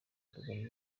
urugo